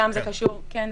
כמו